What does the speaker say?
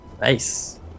Nice